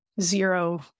zero